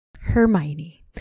hermione